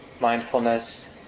mindfulness